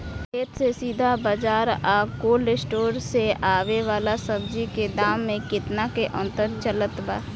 खेत से सीधा बाज़ार आ कोल्ड स्टोर से आवे वाला सब्जी के दाम में केतना के अंतर चलत बा?